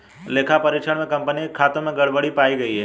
लेखा परीक्षण में कंपनी के खातों में गड़बड़ी पाई गई